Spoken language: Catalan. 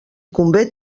convé